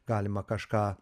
galima kažką